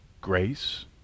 grace